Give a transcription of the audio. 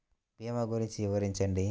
భీమా గురించి వివరించండి?